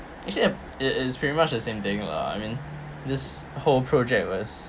actually it is pretty much the same thing lah I mean this whole project was